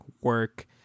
work